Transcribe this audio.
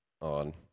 On